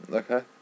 okay